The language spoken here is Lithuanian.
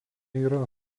yra